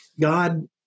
God